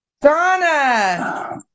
donna